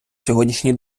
сьогоднішній